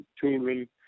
children